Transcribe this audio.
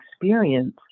experience